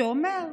שאומר: